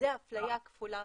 זו אפליה כפולה,